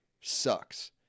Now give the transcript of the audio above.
sucks